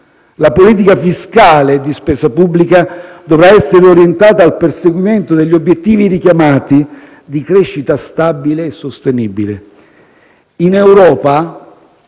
La politica fiscale di spesa pubblica dovrà essere orientata al perseguimento degli obiettivi richiamati di crescita stabile e sostenibile. In Europa